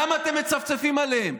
למה אתם מצפצפים עליהם,